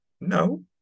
no